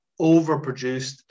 overproduced